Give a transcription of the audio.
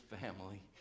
family